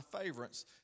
favorites